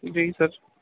جی سر